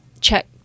check